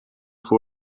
voor